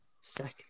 Second